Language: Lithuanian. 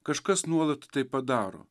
kažkas nuolat tai padaro